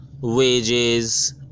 wages